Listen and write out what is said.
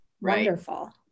wonderful